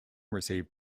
received